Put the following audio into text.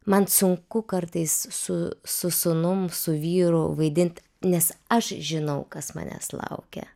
man sunku kartais su su sūnum su vyru vaidint nes aš žinau kas manęs laukia